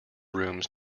rooms